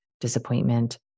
disappointment